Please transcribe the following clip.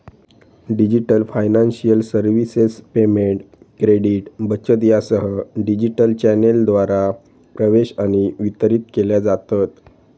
digital financial services payment, credit, बचत यासह digital चॅनेलद्वारा प्रवेश आणि वितरित केल्या जातत